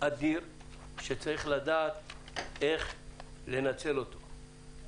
אדיר שצריך לדעת איך לנצל אותו.